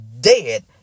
dead